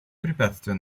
препятствия